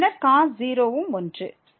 பின்னர் cos 0 ம் 1